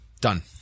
done